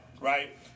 right